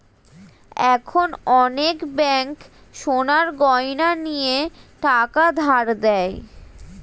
এখন অনেক ব্যাঙ্ক সোনার গয়না নিয়ে টাকা ধার দেয়